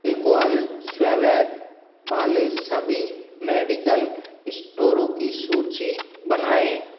alcohol swab वाले सभी medical स्टोरों की सूची बनाएं